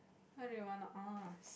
what do you want to ask